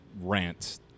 rant